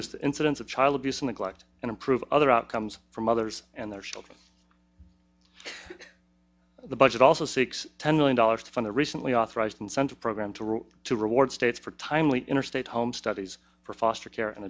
the incidence of child abuse neglect and improve other outcomes for mothers and their children the budget also seeks ten million dollars to fund a recently authorized incentive program to route to reward states for timely interstate home studies for foster care and